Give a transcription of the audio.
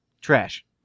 Trash